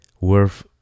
worth